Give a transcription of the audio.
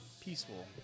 peaceful